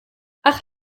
ach